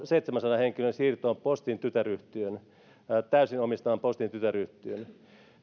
seitsemänsadan henkilön siirtoon postin tytäryhtiöön postin täysin omistamaan tytäryhtiöön